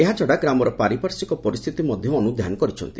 ଏହାଛଡ଼ା ଗ୍ରାମର ପାରିପାର୍ଶ୍ୱିକ ପରିସ୍ରିତି ମଧ୍ଧ ଅନୁଧ୍ଧାନ କରିଛନ୍ତି